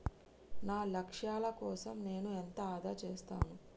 నా లక్ష్యాల కోసం నేను ఎంత ఆదా చేస్తాను?